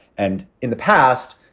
and in the past,